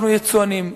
אנחנו יצואנים.